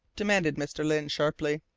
demanded mr. lyne sharply.